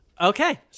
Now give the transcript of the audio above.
Okay